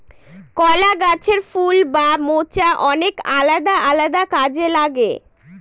কলা গাছের ফুল বা মোচা অনেক আলাদা আলাদা কাজে লাগে